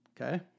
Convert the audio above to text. Okay